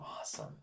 awesome